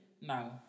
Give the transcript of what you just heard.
No